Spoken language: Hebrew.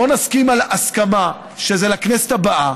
בואו נסכים על הסכמה שזה לכנסת הבאה,